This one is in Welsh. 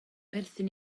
perthyn